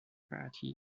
party